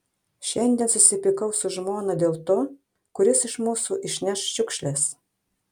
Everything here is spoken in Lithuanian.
šiandien susipykau su žmona dėl to kuris iš mūsų išneš šiukšles